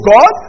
God